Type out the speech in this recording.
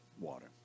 water